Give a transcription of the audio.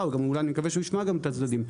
אולי אני מקווה שהוא ישמע גם את הצדדים,